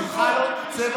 ממך לא, צא,